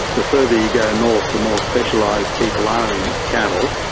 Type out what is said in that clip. the further you go north the more specialised people are in cattle,